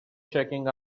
checking